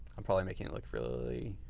i'm probably making it look really